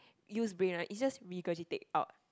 use brain one is just regurgitate out